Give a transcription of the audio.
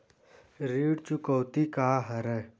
ऋण चुकौती का हरय?